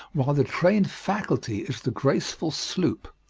while the trained faculty is the graceful sloop,